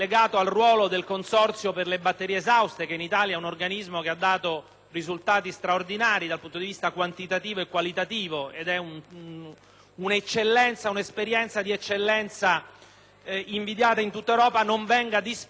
un'esperienza di eccellenza invidiata in tutta Europa), non vengano dispersi ed azzerati come sarebbe sulla base del testo del decreto legislativo così come uscito dal Consiglio dei ministri.